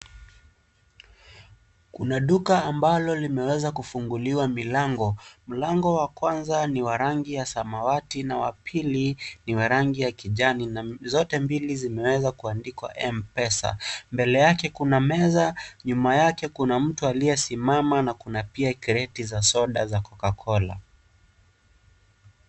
Kuna duka ambalo limeweza kufunguliwa milango, mlango wa kwanza ni wa rangi ya samawati na wa pili ni wa rangi ya kijani na zote mbili zimeweza kuandikwa M-pesa, mbele yake kuna meza, nyuma yake kuna mtu aliyesimama, na pia kuna kreti za soda za Cocacola.